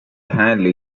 halle